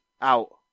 out